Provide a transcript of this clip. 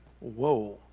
Whoa